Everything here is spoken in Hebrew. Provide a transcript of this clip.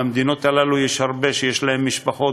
מהמדינות הללו יש הרבה שיש להם משפחות,